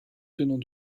tenant